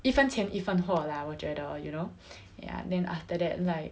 一分钱一分货 lah 我觉得 you know ya then after that like